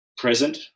present